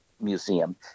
Museum